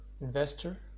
investor